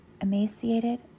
emaciated